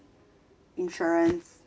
insurance